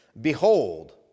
Behold